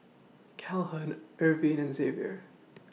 Calhoun Irvine and Xavier